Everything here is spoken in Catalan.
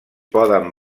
poden